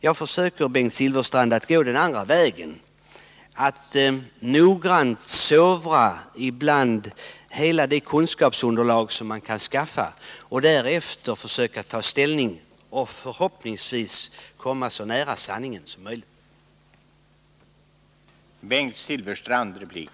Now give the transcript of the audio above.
Jag försöker, Bengt Silfverstrand, gå den andra vägen: att noggrant sovra hela det kunskapsunderlag som man kan Nr 33 skaffa sig för att därefter försöka ta ställning och förhoppningsvis komma så Onsdagen den nära sanningen som möjligt. 21 november 1979